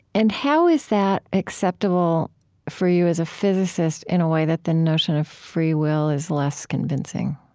and how is that acceptable for you as a physicist in a way that the notion of free will is less convincing?